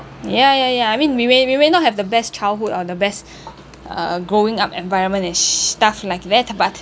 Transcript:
ya ya ya I mean we may we may not have the best childhood or the best uh growing up environment and sh~ stuff like that but